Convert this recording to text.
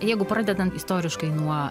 jeigu pradedant istoriškai nuo